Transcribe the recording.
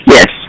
Yes